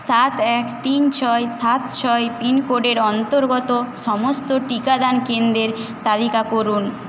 সাত এক তিন ছয় সাত ছয় পিনকোডের অন্তর্গত সমস্ত টিকাদান কেন্দ্রের তালিকা করুন